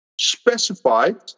specified